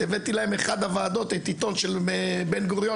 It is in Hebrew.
הבאתי אליהם לאחת הוועדות עיתון של בן גוריון